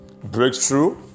breakthrough